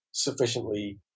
sufficiently